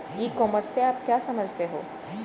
ई commerce से आप क्या समझते हो?